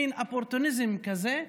מין אופורטוניזם כזה.